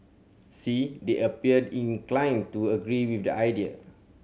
see they appeared inclined to agree with the idea